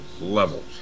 levels